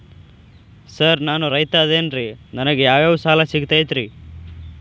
Sir ನಾನು ರೈತ ಅದೆನ್ರಿ ನನಗ ಯಾವ್ ಯಾವ್ ಸಾಲಾ ಸಿಗ್ತೈತ್ರಿ?